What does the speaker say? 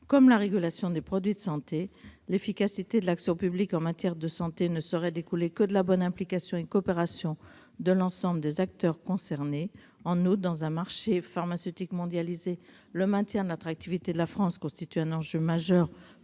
comme la régulation des produits de santé. L'efficacité de l'action publique en matière de santé ne saurait découler que de la bonne implication et coopération de l'ensemble des acteurs concernés. En outre, dans un marché pharmaceutique mondialisé, le maintien de l'attractivité de la France constitue un enjeu majeur